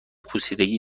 پوسیدگی